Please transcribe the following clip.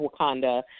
Wakanda